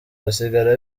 basigara